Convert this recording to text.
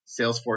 Salesforce